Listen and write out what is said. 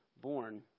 born